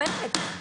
באמת.